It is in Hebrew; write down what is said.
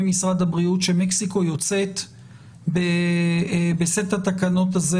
משרד הבריאות שמקסיקו יוצאת בסט התקנות הזה